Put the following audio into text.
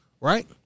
right